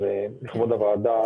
אז לכבוד הוועדה,